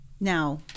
Now